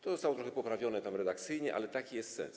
To zostało trochę poprawione redakcyjnie, ale taki jest sens.